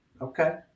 Okay